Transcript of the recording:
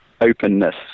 openness